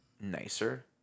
nicer